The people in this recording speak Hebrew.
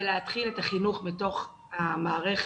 ולהתחיל את החינוך בתוך המערכת,